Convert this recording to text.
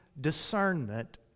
discernment